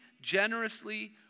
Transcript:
generously